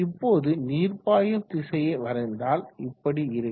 இப்போது நீர் பாயும் திசையைக் வரைந்தால் இப்படி இருக்கும்